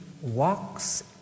walks